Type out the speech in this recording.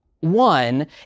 One